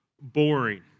boring